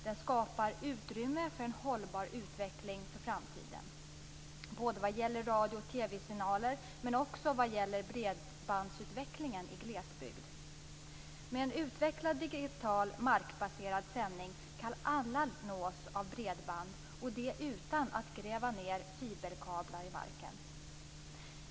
Den skapar utrymme för en hållbar utveckling för framtiden vad gäller radio och TV-signaler, men också vad gäller bredbandsutvecklingen i glesbygd. Med en utvecklad digital markbaserad sändning kan alla nås av bredband, och detta utan att man gräver ned fiberkablar i marken.